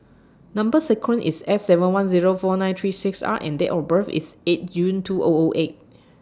Number sequence IS S seven one Zero four nine three six R and Date of birth IS eight June two O O eight